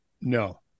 No